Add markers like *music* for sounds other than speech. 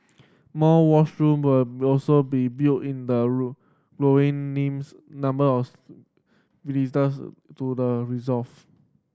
more washroom will also be built in the *unintelligible* names number of *unintelligible* visitors to the reserve